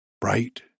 bright